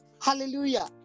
Hallelujah